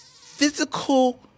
physical